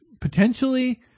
potentially